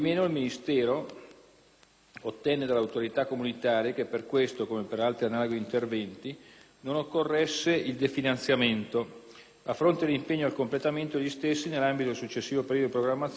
il Ministero ottenne dalle autorità comunitarie che per questo, come per altri analoghi interventi, non occorresse il definanziamento, a fronte dell'impegno al completamento degli stessi nell'ambito del successivo periodo di programmazione 2000-2006.